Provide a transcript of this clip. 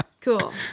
Cool